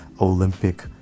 olympic